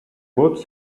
both